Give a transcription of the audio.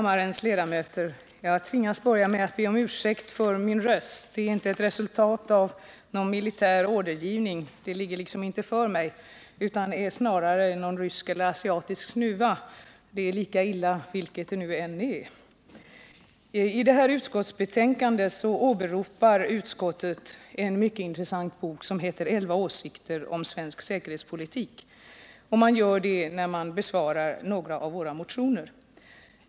Herr talman! Jag tvingas börja med att be kammarens ledamöter om ursäkt för min rösts tillstånd. Det är inte ett resultat av någon militär ordergivning — sådan ligger liksom inte för mig — utan snarare av någon rysk eller asiatisk snuva, lika illa vilket det än är. Försvarsutskottet åberopar i sitt betänkande nr 14 en mycket intressant bok, som har titeln Elva åsikter om svensk säkerhetspolitik. Utskottet gör detta i samband med att den besvarar ett par socialdemokratiska motioner.